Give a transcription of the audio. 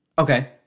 Okay